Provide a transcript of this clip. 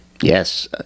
Yes